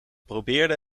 probeerde